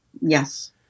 Yes